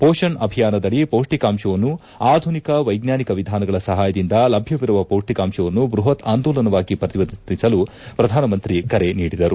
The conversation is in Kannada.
ಪೋಷಣ್ ಅಭಿಯಾನದಡಿ ಪೌಷ್ಣಿಕಾಂಶವನ್ನು ಆಧುನಿಕ ವೈಜ್ಞಾನಿಕ ವಿಧಾನಗಳ ಸಹಾಯದಿಂದ ಲಭ್ಯವಿರುವ ಪೌಷ್ಣಿಕಾಂಶವನ್ನು ಬ್ಬಹತ್ ಆಂದೋಲನವಾಗಿ ಪರಿವರ್ತಿಸಲು ಪ್ರಧಾನಮಂತ್ರಿ ಕರೆ ನೀದಿದರು